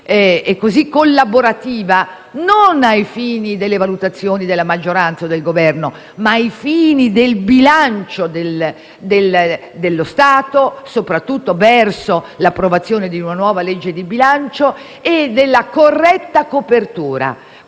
e così collaborativa, non ai fini delle valutazioni della maggioranza o del Governo, ma ai fini del bilancio dello Stato, soprattutto verso l'approvazione di una nuova legge di bilancio e della corretta copertura.